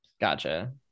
gotcha